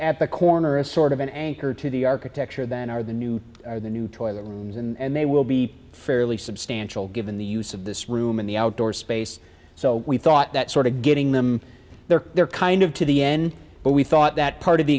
at the corner is sort of an anchor to the architecture that are the new are the new toy the rooms and they will be fairly substantial given the use of this room and the outdoor space so we thought that sort of getting them there they're kind of to the end but we thought that part of the